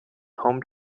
home